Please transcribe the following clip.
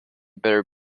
very